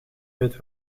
weet